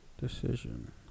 decision